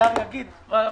צריך להיות גם ב-21'